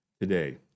today